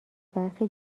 برخی